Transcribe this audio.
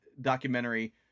documentary